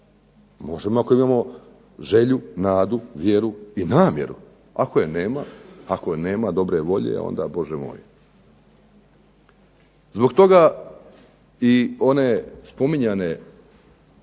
možemo ako imamo želju, nadu, vjeru i namjeru, ako nema dobre volje onda Bože moj. Zbog toga i one spominjane